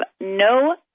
no